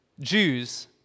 Jews